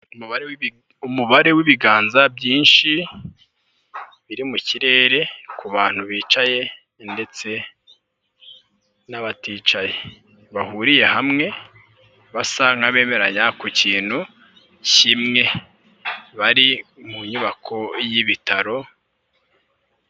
Umubare w'ibiganza byinshi biri mu kirere ku bantu bicaye ndetse n'abaticaye bahuriye hamwe basa nk'abemeranya ku kintu kimwe, bari mu nyubako y'ibitaro.